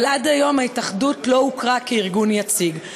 אבל עד היום ההתאחדות לא הוכרה כארגון יציג,